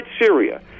syria